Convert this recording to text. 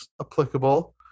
applicable